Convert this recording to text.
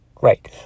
right